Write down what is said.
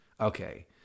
okay